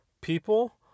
people